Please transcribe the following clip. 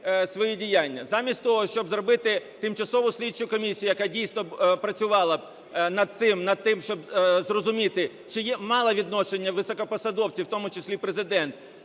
свої діяння. Замість того щоб зробити тимчасову слідчу комісію, яка дійсно працювала б над тим, щоб зрозуміти, чи мали відношення високопосадовці, в тому числі Президент,